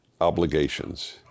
obligations